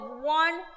one